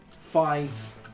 five